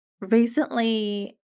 Recently